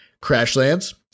Crashlands